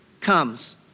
comes